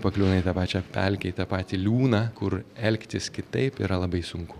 pakliūna į tą pačią pelkę į tą patį liūną kur elgtis kitaip yra labai sunku